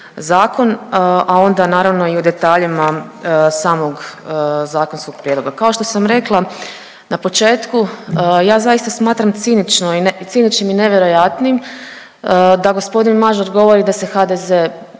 a onda naravno i o detaljima samog zakonskog prijedloga. Kao što sam rekla na početku ja zaista smatram ciničnim i nevjerojatnim da gospodin Mažar govori da se HDZ govori